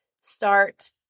Start